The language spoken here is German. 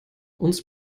uns